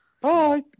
Bye